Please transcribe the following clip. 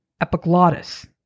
epiglottis